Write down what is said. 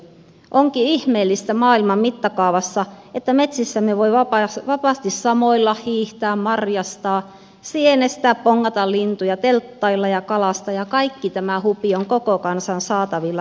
onkin ihmeellistä maailman mittakaavassa että metsissämme voi vapaasti samoilla hiihtää marjastaa sienestää bongata lintuja telttailla ja kalastaa ja kaikki tämä hupi on koko kansan saatavilla ilmaiseksi